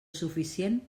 suficient